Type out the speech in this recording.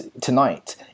tonight